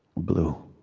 blue.